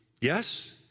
Yes